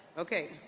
okay.